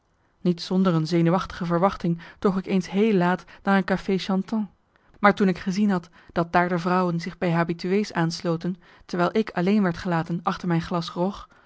niet zonder een zenuwachtige verwachting toog ik eens heel laat naar een café-chantant maar toen ik gezien had dat daar de vrouwen zich bij habitué's aansloten terwijl ik alleen werd gelaten achter mijn glas grog